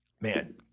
Man